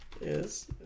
Yes